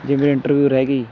ਜੇ ਮੇਰੇ ਇੰਟਰਵਿਊ ਰਹਿ ਗਈ